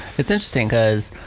it's interesting cause,